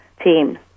team